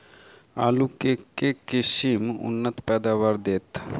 आलु केँ के किसिम उन्नत पैदावार देत?